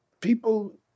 people